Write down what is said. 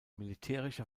militärischer